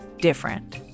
different